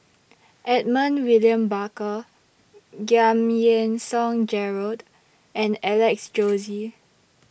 Edmund William Barker Giam Yean Song Gerald and Alex Josey